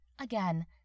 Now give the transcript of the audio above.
Again